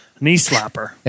knee-slapper